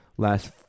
Last